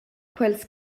quels